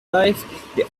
life